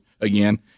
again